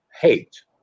hate